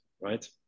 Right